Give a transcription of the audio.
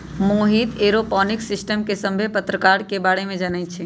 Mohit aeroponics system के सभ्भे परकार के बारे मे जानई छई